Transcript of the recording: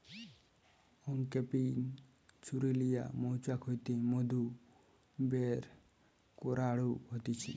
uncapping ছুরি লিয়া মৌচাক হইতে মধু বের করাঢু হতিছে